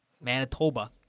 Manitoba